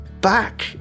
back